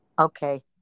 Okay